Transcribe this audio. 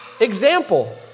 example